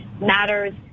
matters